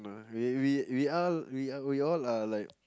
we we we are we oh we all are like